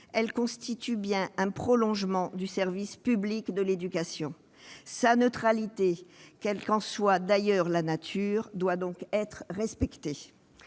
elle représente bien un prolongement du service public de l'éducation. Sa neutralité, quelle qu'en soit d'ailleurs la nature, doit donc être respectée.